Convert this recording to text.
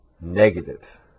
negative